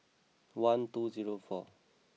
one two zero four